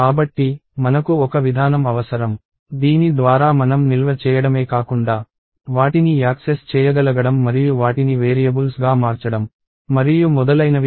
కాబట్టి మనకు ఒక విధానం అవసరం దీని ద్వారా మనం నిల్వ చేయడమే కాకుండా వాటిని యాక్సెస్ చేయగలగడం మరియు వాటిని వేరియబుల్స్గా మార్చడం మరియు మొదలైనవి చేయవచ్చు